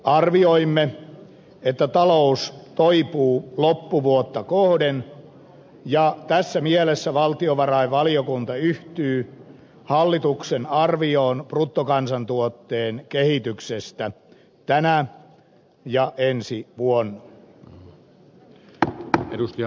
arvioimme että talous toipuu loppuvuotta kohden ja tässä mielessä valtiovarainvaliokunta yhtyy hallituksen arvioon bruttokansantuotteen kehityksestä tänä ja ensi vuonna